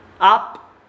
up